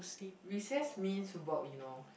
recess means work you know